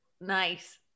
nice